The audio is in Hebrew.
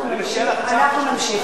אנחנו נמשיך.